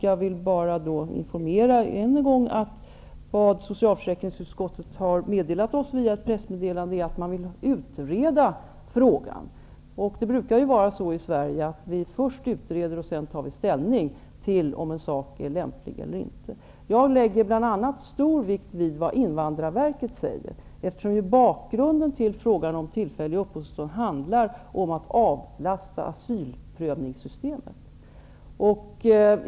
Jag vill bara informera än en gång om att vad socialförsäkringsutskottet har meddelat oss via ett pressmeddelande är att man vill utreda frågan. Det brukar ju vara så i Sverige att vi först utreder, och sedan tar vi ställning till om en sak är lämplig eller inte. Jag lägger bl.a. stor vikt vid vad Invandrarverket säger, eftersom bakgrunden till frågan om tillfälliga uppehållstillstånd handlar om att avlasta asylprövningssystemet.